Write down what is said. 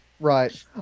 Right